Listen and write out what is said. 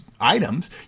items